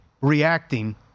reacting